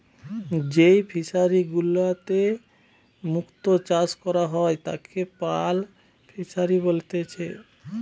যেই ফিশারি গুলাতে মুক্ত চাষ করা হয় তাকে পার্ল ফিসারী বলেতিচ্ছে